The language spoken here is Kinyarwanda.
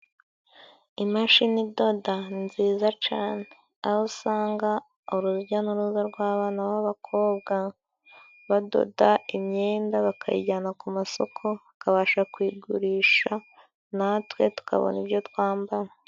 Imashini idoda ni nziza cane aho usanga, urujya n'uruza rw'abana babakobwa. Badoda imyenda bakayijyana ku masoko, bakabasha kuyigurisha natwe tukabona ibyo twambara.